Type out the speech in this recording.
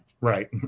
Right